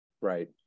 Right